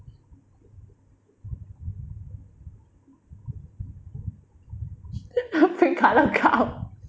a pink colour cow